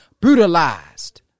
brutalized